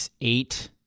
eight